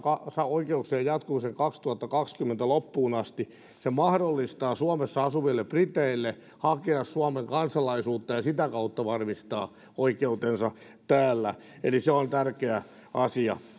oikeuksien jatkumisen kaksituhattakaksikymmentä loppuun asti se mahdollistaa suomessa asuville briteille suomen kansalaisuuden hakemisen ja sitä kautta heidän oikeutensa varmistamisen täällä eli se on tärkeä asia